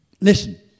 Listen